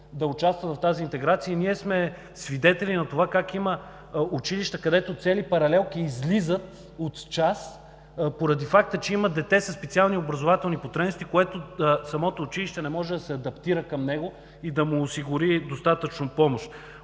да участват в тази интеграция. Ние сме свидетели на това как има училища, където цели паралелки излизат от час поради факта, че има дете със специални образователни потребности, към което самото училище не може да се адаптира и да му осигури достатъчно помощ.